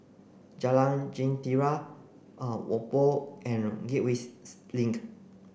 Jalan Jentera Whampoa and Gateway Link